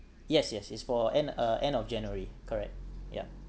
yes yes it's for end uh end of january correct yup